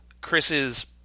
Chris's